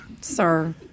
Sir